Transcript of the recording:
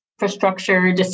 infrastructure